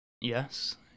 Yes